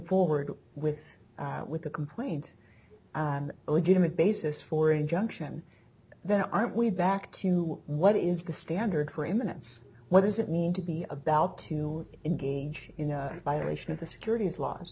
forward with with a complaint a legitimate basis for injunction then aren't we back to what is the standard for imminence what does it mean to be about to engage in a violation of the securities laws